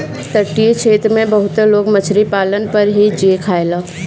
तटीय क्षेत्र में बहुते लोग मछरी पालन पर ही जिए खायेला